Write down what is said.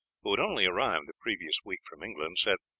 who had only arrived the previous week from england, said